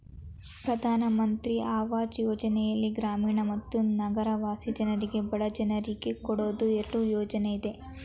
ಪ್ರಧಾನ್ ಮಂತ್ರಿ ಅವಾಜ್ ಯೋಜನೆಯಲ್ಲಿ ಗ್ರಾಮೀಣ ಮತ್ತು ನಗರವಾಸಿ ಜನರಿಗೆ ಬಡ ಜನರಿಗೆ ಕೊಡೋ ಎರಡು ಯೋಜನೆ ಇದೆ